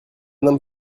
homme